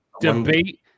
Debate